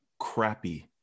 crappy